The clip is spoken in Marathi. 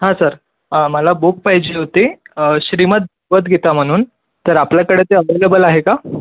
हा सर मला बुक पाहिजे होती श्रीमद् भग्वद्वगीता म्हणून तर आपल्याकडे ते अव्हेलेबल आहे का